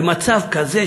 במצב כזה,